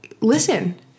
listen